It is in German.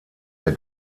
der